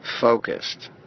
focused